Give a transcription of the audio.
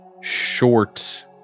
short